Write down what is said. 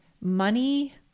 money